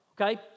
okay